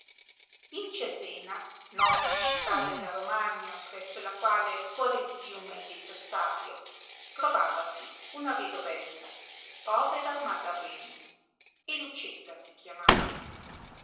in cesena nobil città della romagna presso la quale corre l'i fiume detto savio trovavasi una vedovella povera ma da bene e lucietta si chiamava